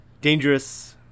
dangerous